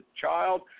child